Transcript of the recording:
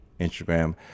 Instagram